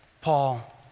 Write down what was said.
Paul